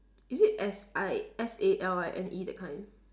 is it S I S A L I N E that kind